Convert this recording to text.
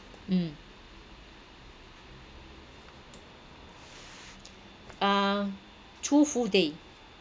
mm ah two full day